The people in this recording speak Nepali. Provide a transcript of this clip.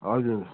हजुर